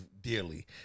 dearly